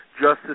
justice